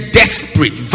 desperate